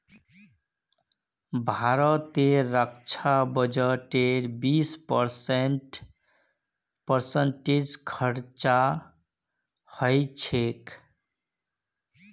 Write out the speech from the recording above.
भारतेर रक्षा बजटेर बीस परसेंट पेंशनत खरचा ह छेक